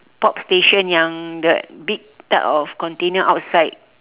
pop station yang the big type of container outside